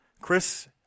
Chris